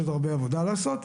יש עוד הרבה עבודה לעשות.